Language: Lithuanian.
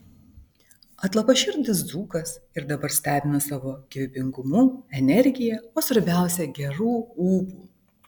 atlapaširdis dzūkas ir dabar stebina savo gyvybingumu energija o svarbiausia geru ūpu